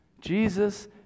Jesus